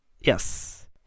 Yes